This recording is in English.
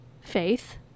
faith